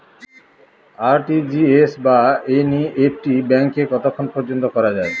RTGS বা NEFT ব্যাংকে কতক্ষণ পর্যন্ত করা যায়?